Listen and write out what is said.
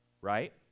right